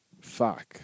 fuck